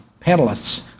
panelists